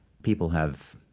people have,